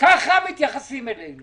ככה מתייחסים אלינו.